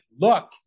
look